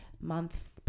Month